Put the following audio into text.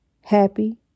happy